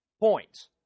points